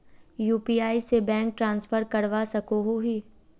UPI से bank transfer करवा सकोहो ही?